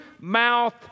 mouth